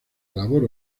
labor